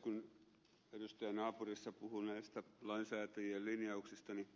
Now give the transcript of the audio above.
kun edustaja naapurissa puhui näistä lainsäätäjien linjauksista niin